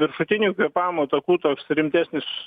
viršutinių kvėpavimo takų toks rimtesnis